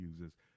uses